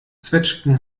zwetschgen